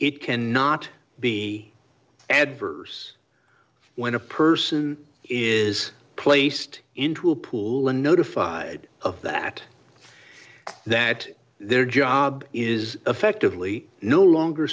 it can not be adverse when a person is placed into a pool notified of that that their job is effectively no longer